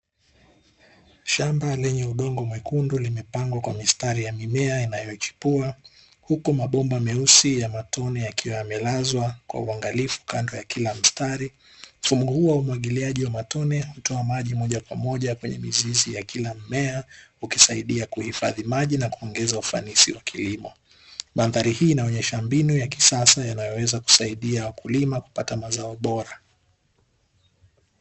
Shamba lenye udongo mwekundu limepandwa kwa mistari ya mimea inayochipua, huku mabomba meusi ya matone yakiwa yamelazwa kwa uangalifu kando ya kila mstari. Mfumo huo wa umwagiliaji wa matone hutoa maji moja kwa moja kwenye mizizi ya mmea, ukisaidia kuhifadhi maji na kuongeza ufanisi wa kilimo. Mandhari hii inaonyesha mbinu ya kisasa inayoweza kuwasaidia wakulima kupata mazao bora.